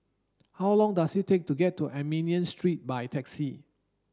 how long does it take to get to Armenian Street by taxi